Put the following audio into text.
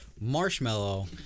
Marshmallow